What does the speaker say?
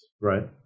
right